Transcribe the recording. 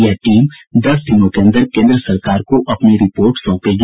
यह टीम दस दिनों के अंदर केन्द्र सरकार को अपनी रिपोर्ट सौंपेगी